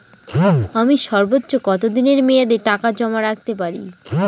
আমি সর্বোচ্চ কতদিনের মেয়াদে টাকা জমা রাখতে পারি?